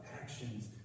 actions